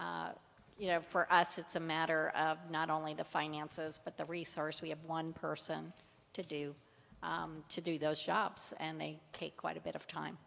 and you know for us it's a matter of not only the finances but the resources we have one person to do to do those jobs and they take quite a bit of time